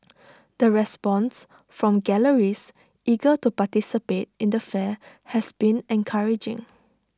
the response from galleries eager to participate in the fair has been encouraging